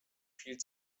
viel